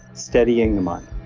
steadying the mind.